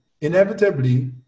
inevitably